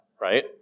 right